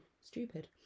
stupid